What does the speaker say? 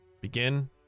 begin